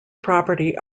property